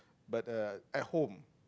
but uh at home